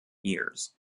years